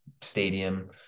stadium